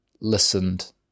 listened